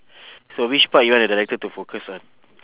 so which part you want the director to focus on